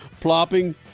plopping